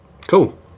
cool